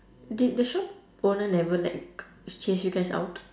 did the shop owner never like chase you guys out